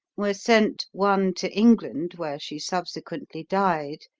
were sent, one to england, where she subsequently died,